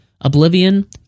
Oblivion